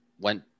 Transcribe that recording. went